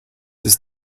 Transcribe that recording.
ist